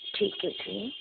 ਠੀਕ ਹੈ ਜੀ